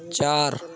چار